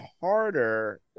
harder